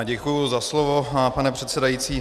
Děkuji za slovo, pane předsedající.